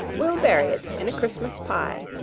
we'll bury't in a christmas pye,